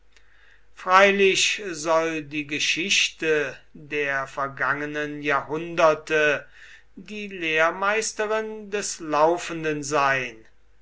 freilich soll die geschichte der vergangenen jahrhunderte die lehrmeisterin des laufenden sein